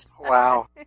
Wow